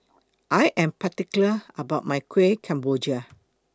I Am particular about My Kuih Kemboja